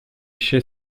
chez